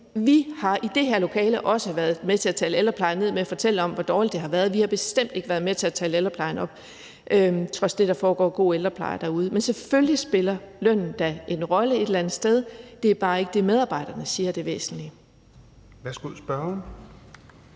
Og vi i det her lokale har også været med til at tale ældreplejen ned ved at fortælle om, hvor dårligt det har været; vi har bestemt ikke været med til at tale ældreplejen op, trods det at der foregår god ældrepleje derude. Men selvfølgelig spiller lønnen da et eller andet sted en rolle; det er bare ikke det, medarbejderne siger er det væsentlige.